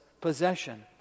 possession